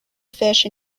fish